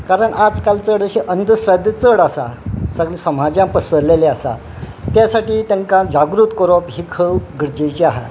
कारण आजकाल चड अशे अंधश्रद्धा चड आसा सगले समाजान पसरलेले आसा त्या साठी तांकां जागृत करप ही खब गरजेची आसा